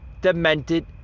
demented